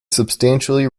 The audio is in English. substantially